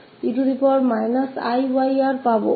का absolute मान और हमारे पास हैं